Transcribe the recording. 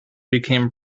became